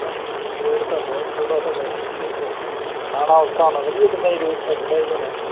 rate ਤਾਂ ਬਹੁਤ ਥੋੜ੍ਹਾ ਤੁਹਾਡਾ ਠੀਕ ਹੈ ਜੀ ਫਿਰ ਖਾਣਾ ਉਸ ਹਿਸਾਬ ਨਾਲ ਵਧੀਆ ਦਿੰਨੇ ਜੀ ਰੇਟ ਤਾਂ ਥੋੜ੍ਹਾ ਜੀ ਤੁਹਾਡਾ